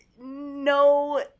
no